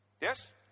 Yes